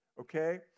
okay